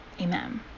amen